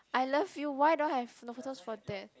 I love you why don't I have the photos for that